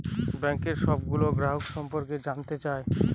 bank সবগুলো গ্রাহকের সম্পর্কে জানতে চায়